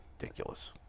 Ridiculous